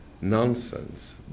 nonsense